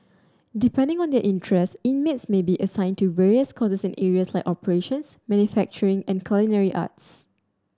depending on their interest inmates may be assigned to various courses in areas like operations manufacturing and culinary arts